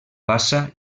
bassa